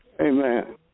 Amen